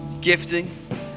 gifting